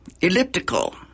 elliptical